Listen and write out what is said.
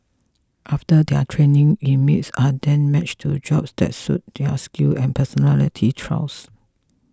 after their training inmates are then matched to jobs that suit their skill and personality traits